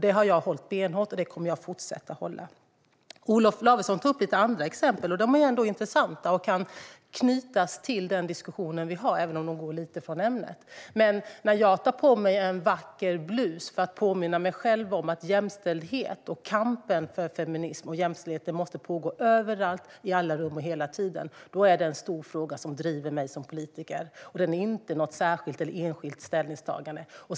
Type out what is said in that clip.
Det har jag hållit benhårt på, och det kommer jag att fortsätta göra. Olof Lavesson tog upp några andra exempel som ändå är intressanta och kan knytas till den diskussion vi har även om de går lite från ämnet. När jag tar på mig en vacker blus för att påminna mig själv om att kampen för feminism och jämställdhet måste pågå överallt, i alla rum och hela tiden handlar det om en stor fråga som driver mig som politiker. Det är inte något särskilt eller enskilt ställningstagande.